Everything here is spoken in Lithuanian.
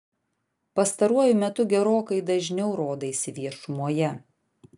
pastaruoju metu gerokai dažniau rodaisi viešumoje